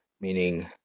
meaning